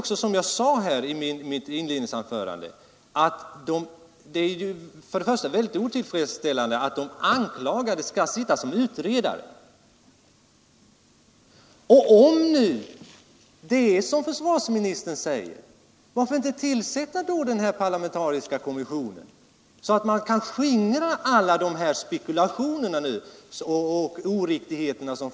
Som jag sade i mitt inledningsanförande tycker jag att det är mycket otillfredsställande att de anklagade skall sitta som utredare. Om det är som försvarsministern säger, varför kan man då inte tillsätta den parlamentariska kommissionen och skingra alla spekulationer och oriktigheter?